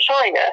China